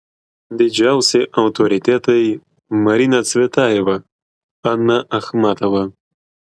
didžiausi autoritetai marina cvetajeva ana achmatova